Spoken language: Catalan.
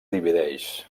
divideix